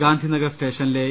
ഗാന്ധിനഗർ സ്റ്റേഷനിലെ എ